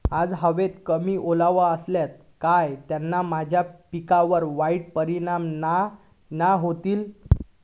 आज हवेत कमी ओलावो असतलो काय त्याना माझ्या पिकावर वाईट परिणाम नाय ना व्हतलो?